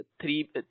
three